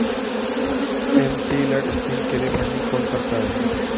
MPLAD scheme के लिए funding कौन करता है?